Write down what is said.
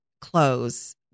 clothes